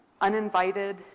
uninvited